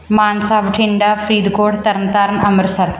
Mansa Bathinda Faridkot Tarn Taran Amritsar